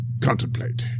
contemplate